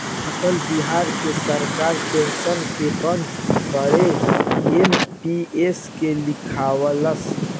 अटल बिहारी के सरकार पेंशन के बंद करके एन.पी.एस के लिअवलस